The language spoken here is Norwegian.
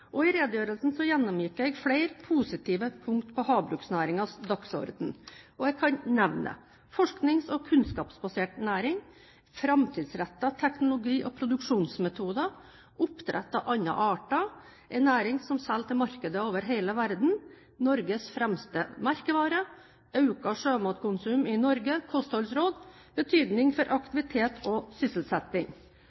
I redegjørelsen gjennomgikk jeg flere positive punkter på havbruksnæringens dagsorden, og jeg kan nevne: forsknings- og kunnskapsbasert næring, framtidsrettet teknologi og produksjonsmetoder, oppdrett av andre arter, en næring som selger til markeder over hele verden, Norges fremste merkevarer, økt sjømatkonsum i Norge, kostholdsråd, betydning for